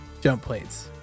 Jumpplates